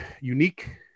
unique